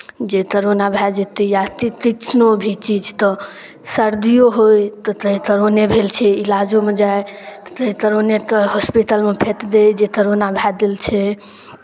जे तरोना भए जेतै या तऽ तितनो भी तिछु तऽ सर्दियो होय तऽ तहै तरोने भेल छै इलाजोमे जाइ तऽ तहै तरोनेते हॉस्पिटलमे फेँत दै जे तरोना भए देल छै